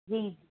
जी